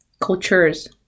Cultures